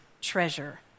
treasure